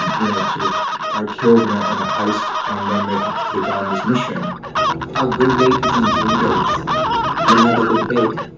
and you know, sort of are killed in ah in a heist, and then they have to take on this mission our go date is in three days the night of the debate.